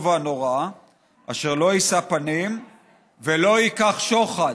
והנורא אשר לא יִשא פנים ולא יִקח שֹחד".